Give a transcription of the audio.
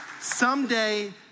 someday